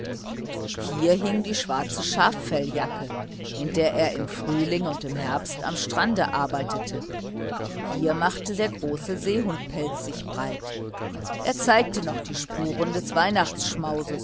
hier hing die schwarze schaffelljacke in der er im frühling und im herbst am strande arbeitete hier machte der große seehundpelz sich breit er zeigte noch die spuren des